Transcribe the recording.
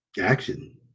action